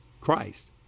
Christ